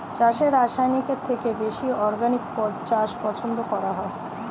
চাষে রাসায়নিকের থেকে বেশি অর্গানিক চাষ পছন্দ করা হয়